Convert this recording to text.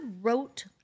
wrote